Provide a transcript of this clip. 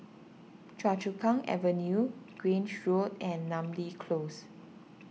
Choa Chu Kang Avenue Grange Road and Namly Close